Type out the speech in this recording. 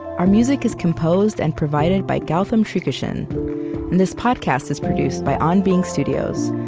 our music is composed and provided by gautam srikishan and this podcast is produced by on being studios,